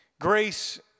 Grace